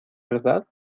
verdad